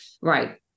right